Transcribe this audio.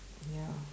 ya